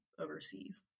overseas